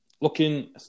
looking